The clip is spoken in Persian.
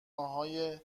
های